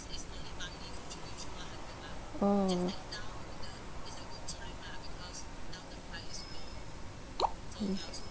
oh